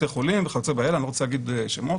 בתי חולים וכיו"ב אני לא רוצה להגיד שמות,